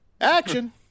Action